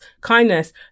kindness